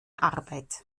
arbeit